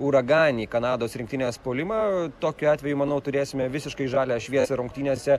uraganinį kanados rinktinės puolimą tokiu atveju manau turėsime visiškai žalią šviesą rungtynėse